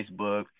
Facebook